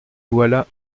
voilà